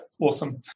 awesome